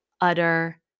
utter